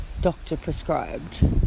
doctor-prescribed